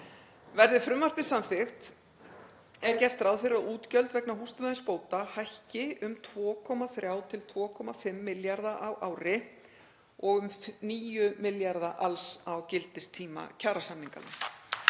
Verði frumvarpið samþykkt er gert ráð fyrir að útgjöld vegna húsnæðisbóta hækki um 2,3–2,5 milljarða á ári og um 9 milljarða alls á gildistíma kjarasamninganna.